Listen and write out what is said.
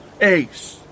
Ace